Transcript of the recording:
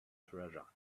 treasure